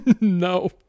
No